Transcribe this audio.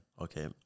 Okay